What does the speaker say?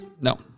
No